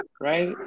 right